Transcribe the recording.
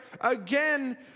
again